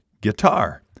Guitar